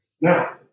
Now